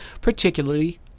particularly